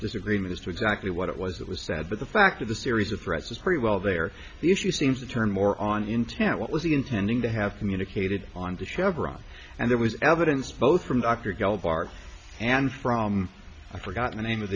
disagreement as to exactly what it was it was said but the fact of the series of threats was pretty well there the issue seems to turn more on intent what was it intending to have communicated on the chevrons and there was evidence both from dr gelbart and from i forgot the name of